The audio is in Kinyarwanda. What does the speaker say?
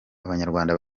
abanyarwanda